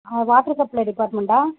water supply டிபார்ட்மெண்ட்டா